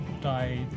die